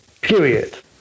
period